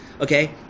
Okay